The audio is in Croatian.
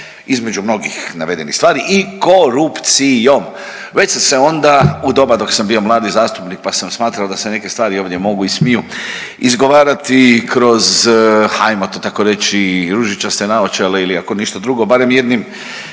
između mnogih navedenih stvari i korupcijom. Već sam se onda u doba dok sam bio mladi zastupnik, pa sam smatrao da se neke stvari ovdje mogu i smiju izgovarati kroz hajmo to tako reći ružičaste naočale ili ako ništa drugo barem jednim